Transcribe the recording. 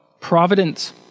Providence